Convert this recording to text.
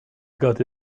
got